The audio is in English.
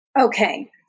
Okay